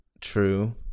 True